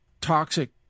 toxic